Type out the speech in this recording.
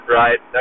right